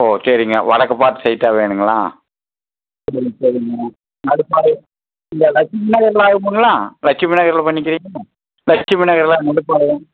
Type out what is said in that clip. ஓ சரிங்க வடக்கு பார்த்து சைட்டாக வேணும்ங்களா சரி சரிங்க நடுப்பாளையம் இந்த லட்சுமி நகரில் வாங்கிப்பீங்களா லட்சுமி நகரில் பண்ணிக்கிறீங்களா லட்சுமி நகரில் நடுப்பாளையம்